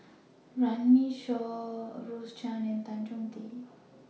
Runme Shaw Rose Chan and Tan Chong Tee